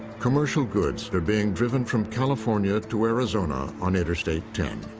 commercial goods are being driven from california to arizona on interstate ten.